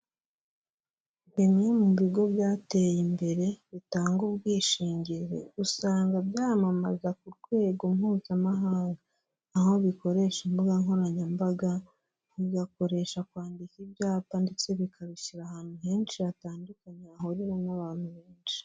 Bimwe mu bigo byateye imbere bitanga ubwishingizi usanga byamamaza ku rwego mpuzamahanga, aho bikoresha imbuga nkoranyambaga, bigakoresha kwandika ibyapa ndetse bikabishyira ahantu henshi hatandukanye hahurira n'abantu benshi.